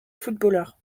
footballeur